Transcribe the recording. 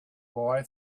boy